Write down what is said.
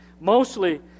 mostly